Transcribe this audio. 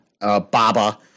Baba